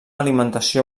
alimentació